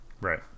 Right